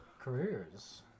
careers